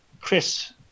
Chris